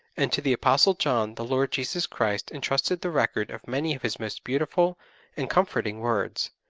and to the apostle john the lord jesus christ entrusted the record of many of his most beautiful and comforting words,